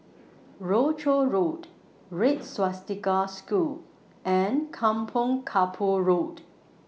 Rochor Road Red Swastika School and Kampong Kapor Road